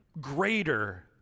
greater